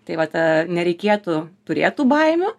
tai vat nereikėtų turėt tų baimių